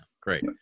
Great